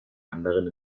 anderen